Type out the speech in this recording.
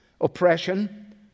Oppression